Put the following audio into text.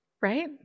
Right